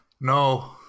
No